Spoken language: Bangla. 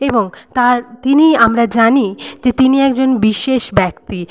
এবং তার তিনি আমরা জানি যে তিনি একজন বিশেষ ব্যক্তি